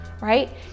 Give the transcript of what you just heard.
Right